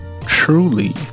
truly